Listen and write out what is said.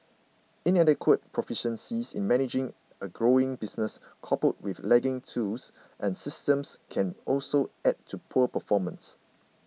inadequate proficiency in managing a growing business coupled with lagging tools and systems can also add to poor performance